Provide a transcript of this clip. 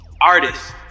Artist